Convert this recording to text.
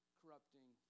corrupting